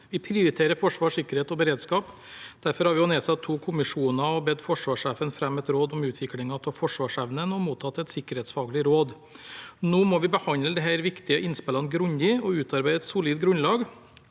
Vi prioriterer forsvar, sikkerhet og beredskap. Derfor har vi også nedsatt to kommisjoner, og vi har bedt forsvarssjefen frem me et råd om utviklingen av forsvarsevnen. Vi har også mottatt et sikkerhetsfaglig råd. Nå må vi behandle disse viktige innspillene grundig og utarbeide et solid grunnlag